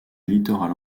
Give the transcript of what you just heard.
littoral